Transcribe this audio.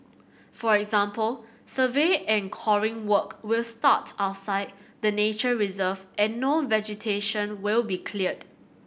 for example survey and coring work will start outside the nature reserve and no vegetation will be cleared